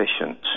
efficient